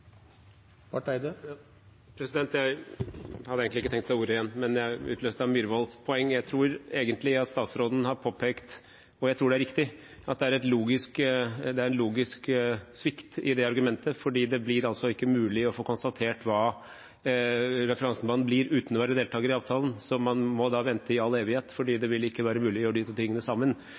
Jeg hadde ikke tenkt til å ta ordet igjen, men utløst av representanten Myhrvolds poeng gjør jeg det. Jeg tror statsråden har påpekt – jeg tror det er riktig – at det er en logisk svikt i det argumentet, for det blir ikke mulig å få konstatert hva referansebanen blir, uten å være deltaker i avtalen. Så man må da vente i all evighet, for det vil ikke være mulig å gjøre disse to tingene sammen.